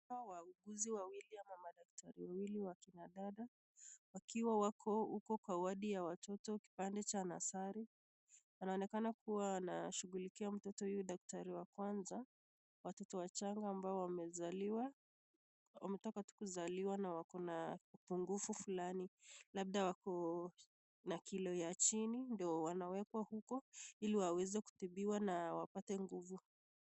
Hawa wauguzi wawili ama madaktari wawili wakinadada wakiwa wako huko kwa wadi ya watoto kipande cha nasari , wanaonekana kuwa wanashughulikia mtoto huyu daktari wa kwanza, watoto wachanga ambao wamezaliwa, wametoka tu kuzaliwa na wakona upungufu fulani, labda wako na kilo ya chini ndio wanawekwa huko ili waweze kutibiwa na wapate nguvu.